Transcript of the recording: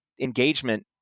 engagement